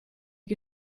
die